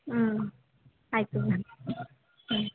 ಊಂ ಆಯಿತು ಮ್ಯಾಮ್ ಹ್ಞೂ